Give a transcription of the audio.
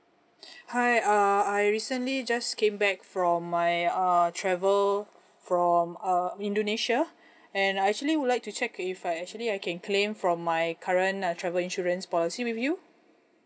hi uh I recently just came back from my uh travel from uh indonesia and I actually would like to check if I actually I can claim from my current uh travel insurance policy with you